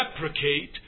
deprecate